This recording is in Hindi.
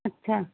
अच्छा